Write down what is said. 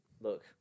look